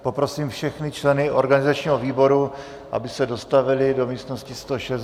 Poprosím všechny členy organizačního výboru, aby se dostavili do místnosti 106.